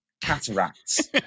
Cataracts